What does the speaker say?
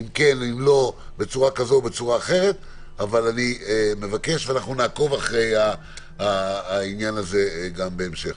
אבל אני מבקש ואנחנו נעקוב אחרי העניין הזה גם בהמשך.